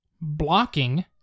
blocking